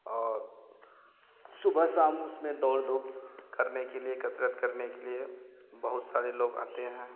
और सुबह शाम उसमें दौड़ धूप करने के लिए कसरत करने के लिए बहुत सारे लोग आते हैं